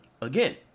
again